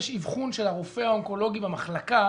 יש אבחון של הרופא האונקולוגי במחלקה,